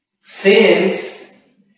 sins